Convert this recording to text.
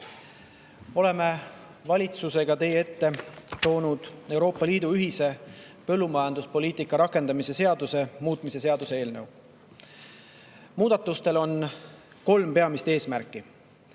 Oleme valitsusega teie ette toonud Euroopa Liidu ühise põllumajanduspoliitika rakendamise seaduse muutmise seaduse eelnõu. Muudatustel on kolm peamist eesmärki: